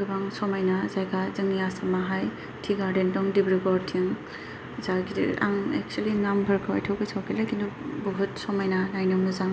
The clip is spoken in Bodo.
गोबां समायना जायगा जोंनि आसामावहाय ति गार्देन दं डिब्रुगरथिं जा गिदिर आं एक्सुवेलि नामफोरखौ एथ' गोसोआव गैला किन्तु बहुद समायना नायनो मोजां